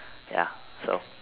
ya so